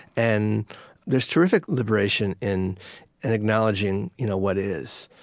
and there's terrific liberation in and acknowledging you know what is.